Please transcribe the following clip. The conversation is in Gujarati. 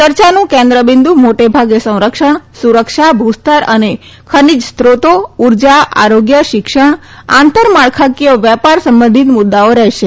ચર્ચાનું કેન્દ્ર બિંદુ મોટે ભાગે સરક્ષણ સુરક્ષા ભુસ્તર અને ખનિજ ોતો ઉર્જા આરોગ્ય શિક્ષણ આંતર માળખાકીય વેપાર સંબંધિત મુદ્દાઓ રહેશે